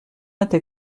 était